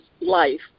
life